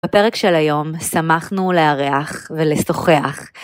בפרק של היום שמחנו לארח ולשוחח.